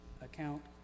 account